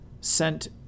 sent